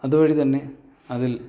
അതുവഴി തന്നെ അതിൽ